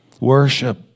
Worship